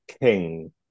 king